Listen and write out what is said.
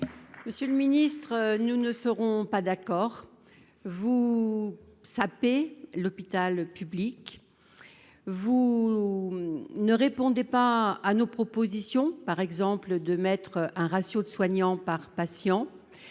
Monsieur le ministre, nous ne serons pas d'accord. Vous sapez l'hôpital public. Vous ne répondez pas à nos propositions, par exemple celle d'instituer un ratio de soignants par patient.